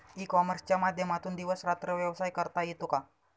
E कॉमर्सच्या माध्यमातून दिवस रात्र व्यवसाय करता येतो का?